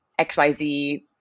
XYZ